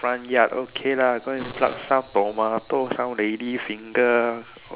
front yard okay lah go and pluck some tomatoes some lady finger